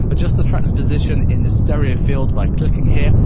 adjust the track's position in the stereo field, by clicking here,